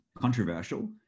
controversial